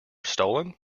stolen